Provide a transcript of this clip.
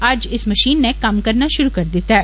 अज्ज इस मशीन नै कम्म करना शुरु करी दिता ऐ